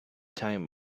time